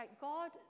God